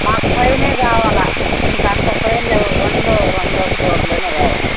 మాకు పైనే కావాలి ఇంక అంతకు పైన లేవు రెండో రెండో ఫ్లోర్లోనే కావాలి